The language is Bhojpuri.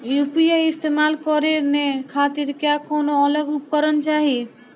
यू.पी.आई इस्तेमाल करने खातिर क्या कौनो अलग उपकरण चाहीं?